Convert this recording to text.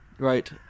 Right